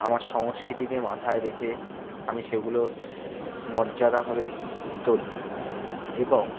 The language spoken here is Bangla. আমার সংস্কৃতিকে মাথায় রেখে আমি সেগুলোর মর্যাদাভাবে উত্তর দিই এবং